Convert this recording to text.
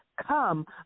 come